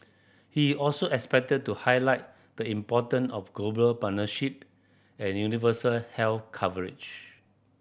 he is also expected to highlight the important of global partnership and universal health coverage